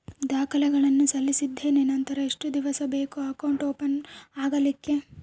ದಾಖಲೆಗಳನ್ನು ಸಲ್ಲಿಸಿದ್ದೇನೆ ನಂತರ ಎಷ್ಟು ದಿವಸ ಬೇಕು ಅಕೌಂಟ್ ಓಪನ್ ಆಗಲಿಕ್ಕೆ?